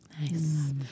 Nice